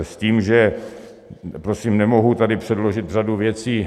S tím, že prosím nemohu tady předložit řadu věcí.